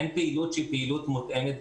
אין פעילות שהיא פעילות מותאמת גילאים,